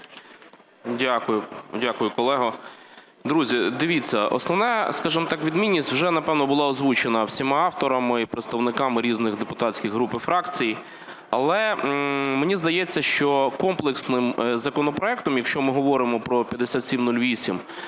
Дякую, колего. Друзі, дивіться, основна, скажімо так, відмінність вже, напевно, була озвучена всіма авторами і представниками різних депутатських груп і фракцій. Але мені здається, що комплексним законопроектом, якщо ми говоримо про 5708,